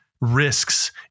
risks